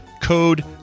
code